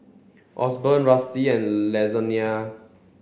Osborne Rusty and Lasonya